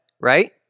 right